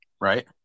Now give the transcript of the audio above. Right